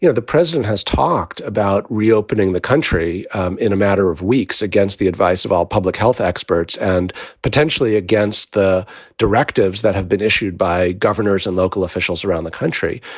you know the president has talked about reopening the country in a matter of weeks against the advice of all public health experts and potentially against the directives that have been issued by governors and local officials around the country.